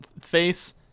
face